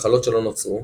שחלות שלא נוצרו,